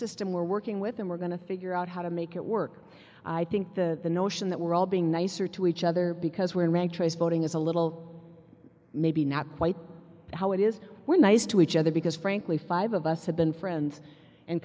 system we're working with and we're going to figure out how to make it work i think that the notion that we're all being nicer to each other because we're in rank choice voting is a little maybe not quite how it is we're nice to each other because frankly five of us have been friends and